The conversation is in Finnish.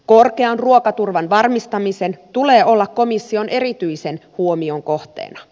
korkean ruokaturvan varmistamisen tulee olla komission erityisen huomion kohteena